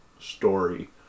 story